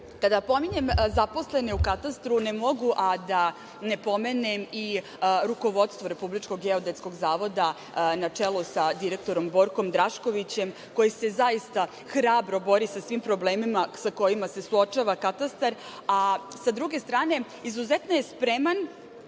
pominjem zaposlene u Katastru, ne mogu a da ne pomenem i rukovodstvo RGZ, na čelu sa direktorom Borkom Draškovićem, koji se zaista hrabro bori sa svim problemima sa kojima se suočava Katastar. A sa druge strane, izuzetno je spreman